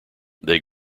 they